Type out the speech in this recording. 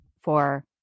for-